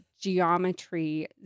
geometry